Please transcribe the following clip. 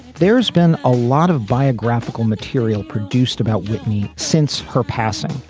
there's been a lot of biographical material produced about whitney since her passing,